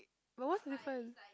but what's different